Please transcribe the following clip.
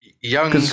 Young